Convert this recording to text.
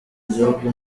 igihugu